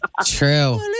True